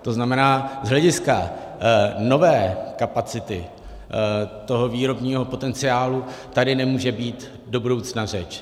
To znamená, z hlediska nové kapacity toho výrobního potenciálu tady nemůže být do budoucna řeč.